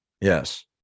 Yes